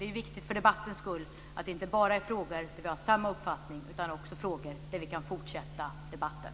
Det är viktigt för debattens skull att vi inte alltid har samma uppfattningar utan att det också finns frågor där vi kan fortsätta debatten.